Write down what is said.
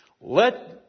let